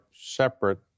separate